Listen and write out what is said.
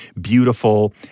beautiful